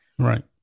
Right